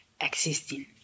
existing